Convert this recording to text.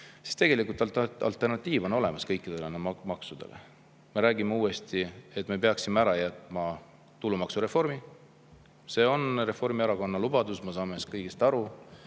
siis tegelikult on olemas alternatiiv kõikidele maksudele. Me räägime uuesti, et me peaksime ära jätma tulumaksureformi. See on Reformierakonna lubadus, me saame kõigest aru,